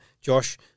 Josh